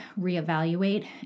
reevaluate